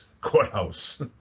courthouse